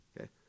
Okay